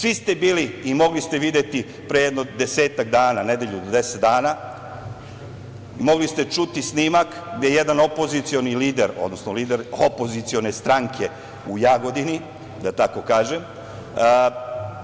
Svi ste bili i mogli ste videti pre jedno desetak dana, nedelju ili deset dana, snimak gde jedan opozicioni lider, odnosno lider opozicione stranke u Jagodini, da tako kažem,